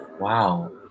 Wow